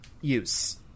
use